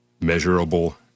Measurable